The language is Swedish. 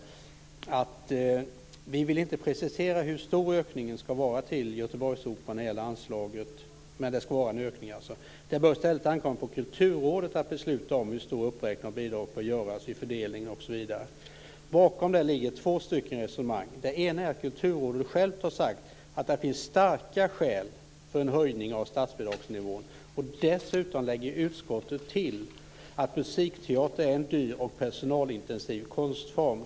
Vi vill inte precisera hur stor ökningen av anslaget till Göteborgsoperan ska vara mer än att det ska göras en ökning. Det bör i stället ankomma på Kulturrådet att besluta om hur stor uppräkning av bidraget som får göras, fördelning osv. Bakom detta ligger två resonemang. Det ena är att Kulturrådet självt har uttalat att det finns starka skäl för en höjning av statsbidragsnivån. Det andra är, som utskottet självt lägger till, att musikteater är en dyr och personalintensiv konstform.